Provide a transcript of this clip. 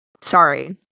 Sorry